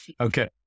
Okay